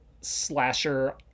slasher